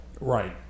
right